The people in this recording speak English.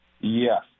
Yes